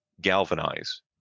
galvanize